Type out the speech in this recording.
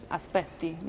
aspetti